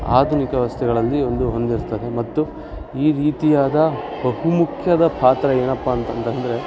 ಆಧುನಿಕ ವ್ಯವಸ್ಥೆಗಳಲ್ಲಿ ಒಂದು ಹೊಂದಿರ್ತದೆ ಮತ್ತು ಈ ರೀತಿಯಾದ ಬಹುಮುಖ್ಯದ ಪಾತ್ರ ಏನಪ್ಪ ಅಂತಂದ್ರೆ